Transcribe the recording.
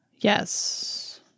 Yes